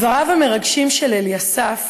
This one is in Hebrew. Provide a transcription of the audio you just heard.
דבריו המרגשים של אליסף,